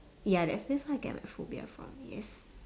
ya that's sense how I get my phobia from yes